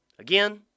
Again